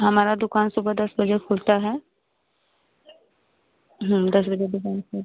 हमारा दुकान सुबह दस बजे खुलता है दस बजे दुकान खोल